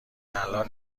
الان